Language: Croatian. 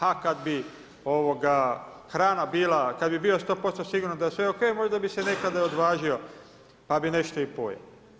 A kad bi hrana bila, kad bi bio sto posto siguran da je sve o.k. možda bi se nekada i odvažio pa bih nešto i pojeo.